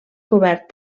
cobert